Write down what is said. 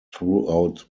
throughout